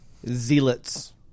zealots